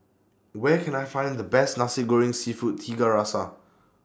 Where Can I Find The Best Nasi Goreng Seafood Tiga Rasa